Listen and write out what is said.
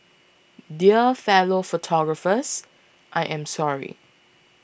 dear fellow photographers I am sorry